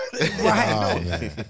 Right